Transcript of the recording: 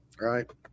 right